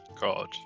God